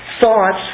thoughts